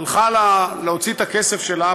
הלכה להוציא את הכסף שלה,